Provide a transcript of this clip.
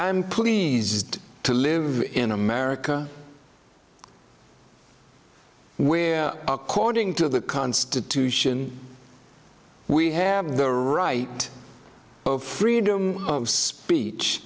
i'm pleased to live in america where according to the constitution we have the right of freedom of speech